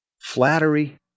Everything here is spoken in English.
Flattery